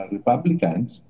Republicans